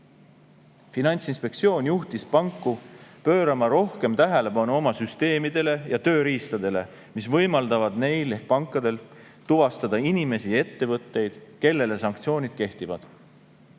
Finantsinspektsioon juhtis panku pöörama rohkem tähelepanu oma süsteemidele ja tööriistadele, mis võimaldavad neil ehk pankadel tuvastada inimesi ja ettevõtteid, kellele sanktsioonid kehtivad.